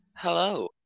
Hello